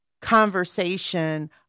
conversation